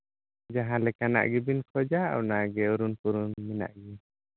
ᱡᱟᱦᱟᱸ ᱞᱮᱠᱟᱱᱟᱜ ᱜᱮᱵᱤᱱ ᱠᱷᱚᱡᱟ ᱚᱱᱟᱜᱮ ᱚᱨᱩᱱ ᱯᱩᱨᱚᱱ ᱢᱮᱱᱟᱜ ᱜᱮᱭᱟ